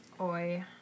Oi